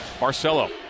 Marcelo